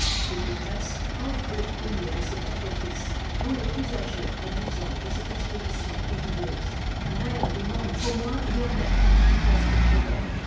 le bourgmestre offre le premier ses quatre fils dont le plus âgé a douze ans pour cette expédition périlleuse la mère demande qu'au moins il y en ait un qui reste auprès d'elle